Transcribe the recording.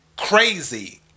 crazy